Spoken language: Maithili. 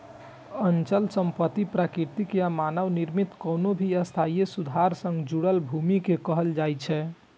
अचल संपत्ति प्राकृतिक या मानव निर्मित कोनो भी स्थायी सुधार सं जुड़ल भूमि कें कहल जाइ छै